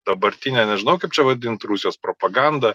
dabartinė nežinau kaip čia vadint rusijos propaganda